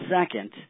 second